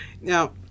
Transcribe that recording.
Now